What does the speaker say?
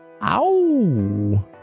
Ow